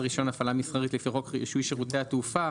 רישיון להפעלה מסחרית לפי חוק רישוי שירותי התעופה",